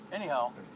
anyhow